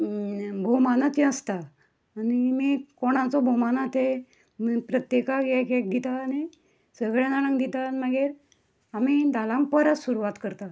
भोवमानाचें आसता आनी मागीर कोणाचो भोवमान आसा ते म् प्रत्येकाक एक एक दिता आनी सगळ्या जाणांक दिता आनी मागीर आमी धालांक परत सुरवात करता